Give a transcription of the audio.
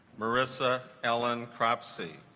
marissa ellen cropsey